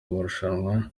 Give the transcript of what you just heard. amarushanwa